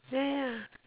ya ya ya